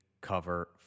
cover